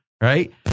right